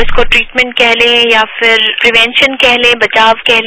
इसको ट्रीटमेंट कह ले या फिर प्रीवेंशन कह लें बचाव कह ले